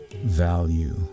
value